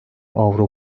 avro